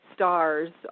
stars